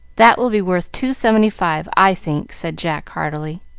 that will be worth two seventy-five, i think, said jack heartily.